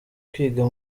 kwiga